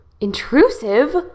Intrusive